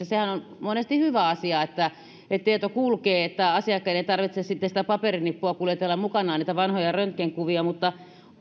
sehän on monesti hyvä asia että tieto kulkee että asiakkaiden ei tarvitse sitten sitä paperinippua kuljetella mukanaan niitä vanhoja röntgenkuvia niin